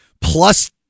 plus